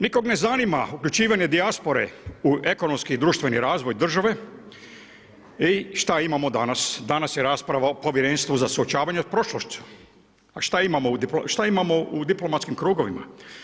Nikog ne zanima uključivanje dijaspore u ekonomski i razvij države i šta imamo danas, danas je rasprava o povjerenstvu za suočavanje sa prošlošću, a šta imamo u diplomatskim krugovima?